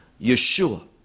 Yeshua